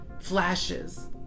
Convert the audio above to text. flashes